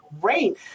great